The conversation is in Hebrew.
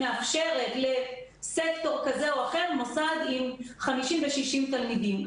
מאפשרת לסקטור כזה או אחר מוסד עם 50 ו-60 תלמידים.